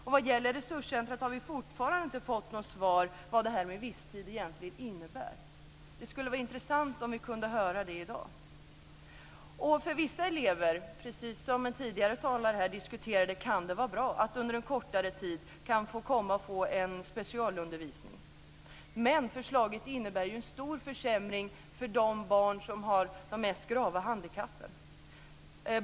När det gäller resurscentrumet har vi fortfarande inte fått något svar på frågan vad "viss tid" egentligen innebär. Det skulle vara intressant att få höra det i dag. Förr vissa elever - precis som tidigare talare här har sagt - kan det vara bra att under en kortare tid få komma och få specialundervisning. Men förslaget innebär ju en stor försämring för de barn som har de mest grava handikappen.